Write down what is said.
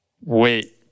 wait